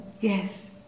Yes